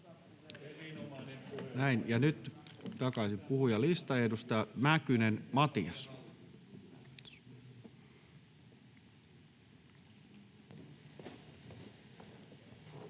Näin. — Ja nyt takaisin puhujalistaan, edustaja Mäkynen, Matias.